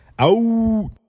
out